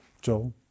Joel